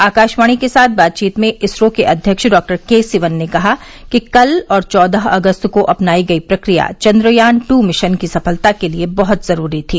आकशवाणी के साथ बातचीत में इसरो के अध्यक्ष डाक्टर के सिवन ने कहा कि कल और चौदह अगस्त को अपनायी गई प्रक्रिया चन्द्रयान टू मिशन की सफलता के लिए बहुत जरूरी थी